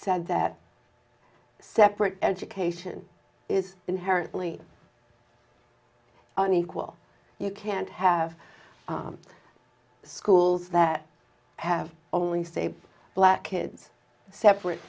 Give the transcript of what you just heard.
said that separate education is inherently unequal you can't have schools that have only save black kids separate